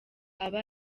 aba